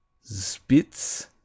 Spitz